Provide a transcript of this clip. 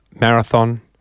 Marathon